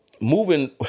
moving